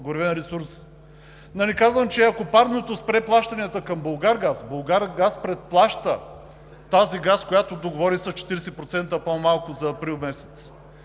ако парното спре плащанията към „Булгаргаз“, „Булгаргаз“ предплаща тази газ, която договори с 40% по-малко за месец